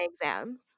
exams